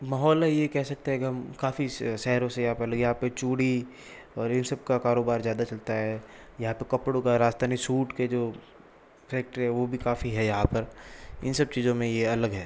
माहौल है ये कह सकते हैं कि हम काफ़ी शहरों से यहाँ पर यहाँ पर चूड़ी और इन सब का कारोबार ज़्यादा चलता है यहाँ पर कपड़ों का राजस्थानी सूट के जो फैक्ट्री है वो भी काफ़ी है यहाँ पर इन सब चीज़ों में यह अलग है